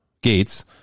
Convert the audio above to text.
Gates